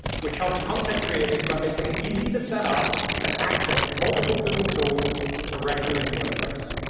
which helps content creators by making it easy to set up and access multiple google tools directly in wordpress.